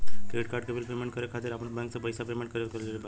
Credit card के bill payment करे खातिर आपन बैंक से पईसा पेमेंट करल जरूरी बा?